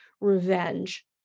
revenge